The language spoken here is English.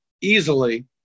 easily